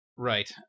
Right